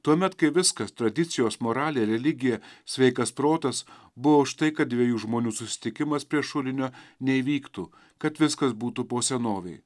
tuomet kai viskas tradicijos moralė religija sveikas protas buvo už tai kad dviejų žmonių susitikimas prie šulinio neįvyktų kad viskas būtų po senovei